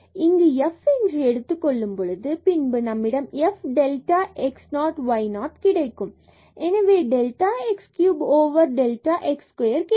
இங்கு f என்று எடுத்துக் கொள்ளும் பொழுது பின்பு நம்மிடம் f delta x 0 y 0 கிடைக்கும் எனவே delta x cube delta x square கிடைக்கும்